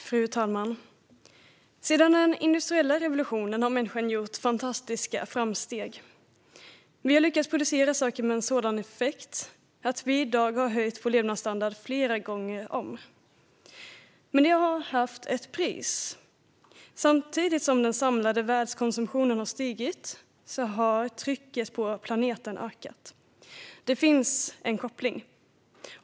Fru talman! Sedan den industriella revolutionen har människan gjort fantastiska framsteg. Vi har lyckats producera saker med sådan effektivitet att vi i dag har höjt vår levnadsstandard flera gånger om. Men det har haft ett pris. Samtidigt som den samlade världskonsumtionen har stigit har trycket på planeten ökat. Det finns en koppling.